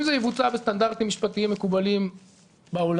אם זה יבוצע בסטנדרטים משפטיים מקובלים בעולם,